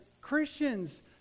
Christians